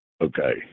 Okay